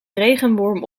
regenworm